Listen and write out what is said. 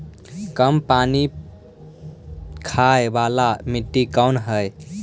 कम पानी खाय वाला मिट्टी कौन हइ?